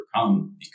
overcome